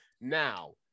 now